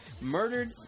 murdered